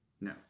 No